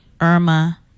Irma